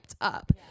up